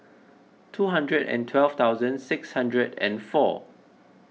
two hundred and twelve thousand six hundred and four